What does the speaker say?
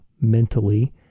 mentally